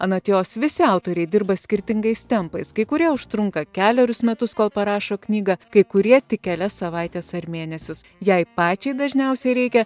anot jos visi autoriai dirba skirtingais tempais kai kurie užtrunka kelerius metus kol parašo knygą kai kurie tik kelias savaites ar mėnesius jai pačiai dažniausiai reikia